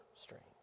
strange